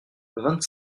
vingt